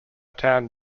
town